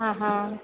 അ ഹാ